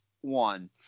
one